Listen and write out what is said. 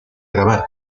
grabar